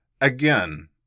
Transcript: again